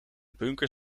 bunker